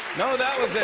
no, that was